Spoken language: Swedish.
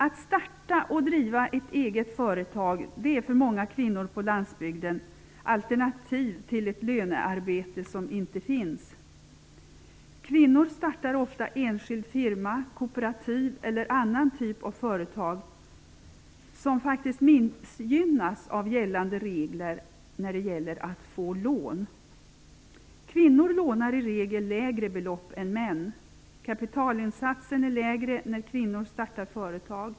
Att starta och driva ett eget företag är för många kvinnor på landsbygden alternativet till ett lönearbete som inte finns. Kvinnor startar ofta enskild firma, koooperativ eller annan typ av företag som missgynnas av gällande regler när det gäller att få lån. Kvinnor lånar i regel lägre belopp än män. Kapitalinsatsen är lägre när kvinnor startar företag.